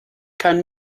kann